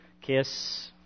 kiss